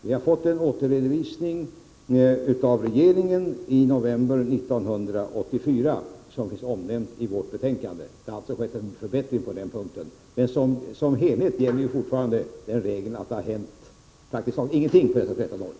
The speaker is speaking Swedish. Vi har fått en återredovisning från regeringen i november 1984 som är omnämnd i vårt betänkande. Det har alltså skett en förbättring på den punkten. Men i stort gäller att det har hänt praktiskt taget ingenting på dessa 13 år.